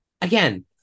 Again